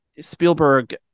spielberg